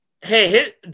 Hey